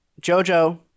JoJo